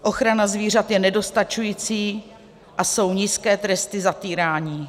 Ochrana zvířat je nedostačující a jsou nízké tresty za týrání.